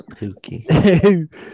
Pookie